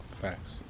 Facts